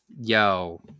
Yo